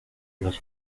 los